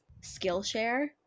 Skillshare